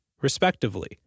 respectively